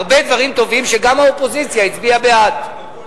הרבה דברים טובים שגם האופוזיציה הצביעה בעדם.